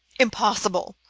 impossible,